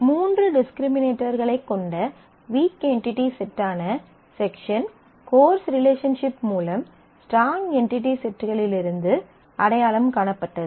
மூன்று டிஸ்க்ரிமினேட்டர்களைக் கொண்ட வீக் என்டிடி செட்டான செக்ஷன் கோர்ஸ் ரிலேஷன்ஷிப் மூலம் ஸ்ட்ராங் என்டிடி செட்டிலிருந்து அடையாளம் காணப்பட்டது